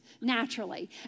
naturally